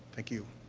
thank you.